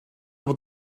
fod